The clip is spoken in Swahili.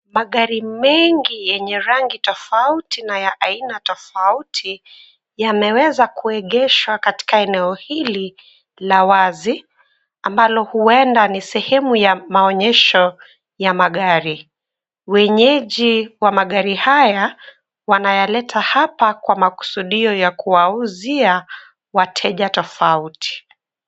Magari mengi yenye rangi tofauti na ya aina tofauti yameweza kuegeshwa katika eneo hili la wazi ambalo huenda ni sehemu ya maonyesho ya magari. Wenyeji wa magari haya wanayaleta hapa kwa makusudio ya kuwauzia wateja tofauti.